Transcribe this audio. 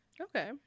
Okay